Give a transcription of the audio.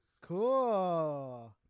Cool